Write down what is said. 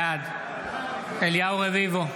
בעד אליהו רביבו,